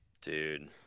Dude